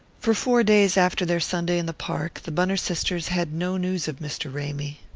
for four days after their sunday in the park the bunner sisters had no news of mr. ramy.